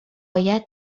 این